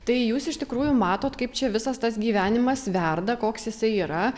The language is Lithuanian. tai jūs iš tikrųjų matot kaip čia visas tas gyvenimas verda koks jisai yra